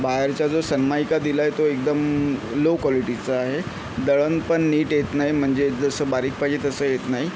बाहेरचा जो सनमाइका दिलाय तो एकदम लो क्वालिटीचा आहे दळणपण नीट येत नाही म्हणजे जसं बारीक पाहिजे तसं येत नाही